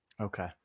Okay